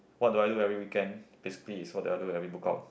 what do I do every weekend basically is what that I do every book out